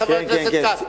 חבר הכנסת כץ.